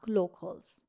locals